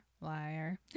Liar